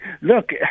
Look